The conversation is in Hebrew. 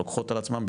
לוקחות על עצמן,